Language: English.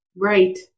Right